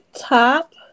top